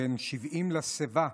"בן שבעים לשיבה",